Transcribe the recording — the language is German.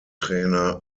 trainer